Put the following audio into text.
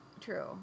true